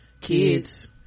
kids